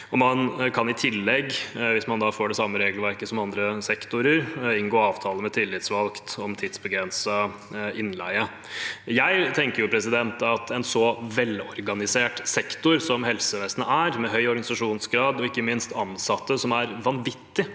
kan man, hvis man får det samme regelverket som andre sektorer, inngå avtale med tillitsvalgt om tidsbegrenset innleie. Jeg tenker at en akkurat i denne sektoren, i en så velorganisert sektor som helsevesenet er, med høy organisasjonsgrad og ikke minst ansatte som er vanvittig